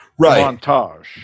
montage